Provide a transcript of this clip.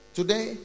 today